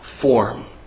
form